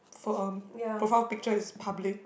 for um profile picture is public